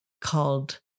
called